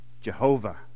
Jehovah